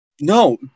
No